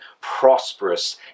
prosperous